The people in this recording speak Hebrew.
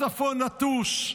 הצפון נטוש,